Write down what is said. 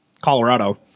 Colorado